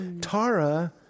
Tara